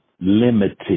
limited